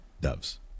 doves